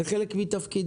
זה חלק מתפקידנו.